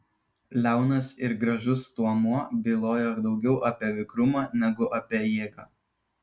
liaunas ir gražus stuomuo bylojo daugiau apie vikrumą negu apie jėgą